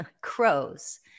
crows